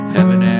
Heaven